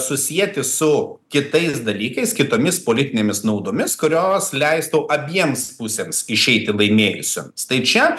susieti su kitais dalykais kitomis politinėmis naudomis kurios leistų abiems pusėms išeiti laimėjusioms tai čia